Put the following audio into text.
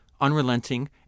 unrelenting